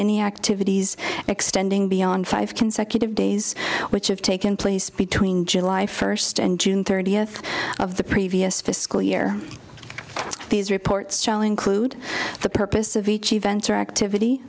any activities extending beyond five consecutive days which have taken place between july first and june thirtieth of the previous fiscal year these reports jalan clued the purpose of each event or activity